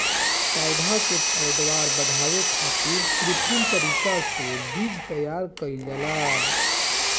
पौधा के पैदावार बढ़ावे खातिर कित्रिम तरीका से बीज तैयार कईल जाला